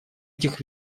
этих